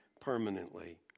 permanently